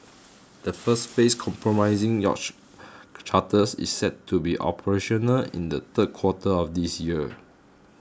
the first phase comprising yacht charters is set to be operational in the third quarter of this year